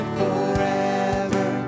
forever